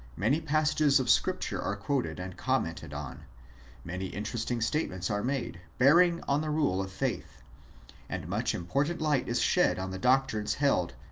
many passages of scripture are quoted and commented on many interesting statements are made, bearing on the rule of faith and much important light is shed on the doctrines held,